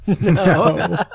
No